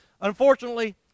Unfortunately